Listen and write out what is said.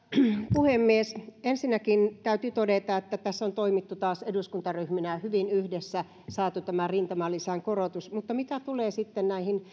puhemies ensinnäkin täytyy todeta että tässä on toimittu taas eduskuntaryhminä hyvin yhdessä saatu tämä rintamalisän korotus mutta mitä tulee sitten näihin